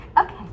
Okay